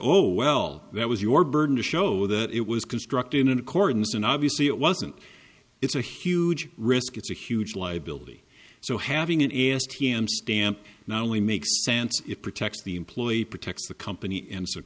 well that was your burden to show that it was constructed in accordance and obviously it wasn't it's a huge risk it's a huge liability so having an s t m stamp not only makes sense it protects the employee protects the company and